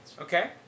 Okay